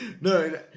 no